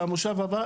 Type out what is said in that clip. במושב הבא,